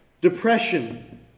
depression